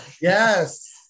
Yes